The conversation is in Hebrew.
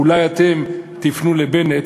"אולי אתם תפנו לבנט,